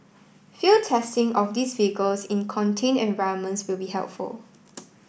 field testing of these vehicles in contained environments will be helpful